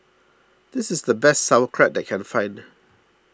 this is the best Sauerkraut that I can find